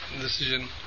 decision